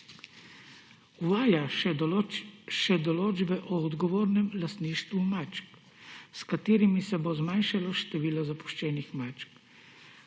Uvaja še določbe o odgovornem lastništvu mačk, s katerimi se bo zmanjšalo število zapuščenih mačk.